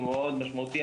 הוא מאוד משמעותי,